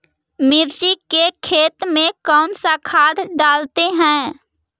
मिर्ची के खेत में कौन सा खाद डालते हैं?